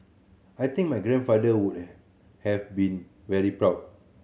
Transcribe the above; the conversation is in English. I think my grandfather would have been very proud